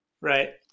right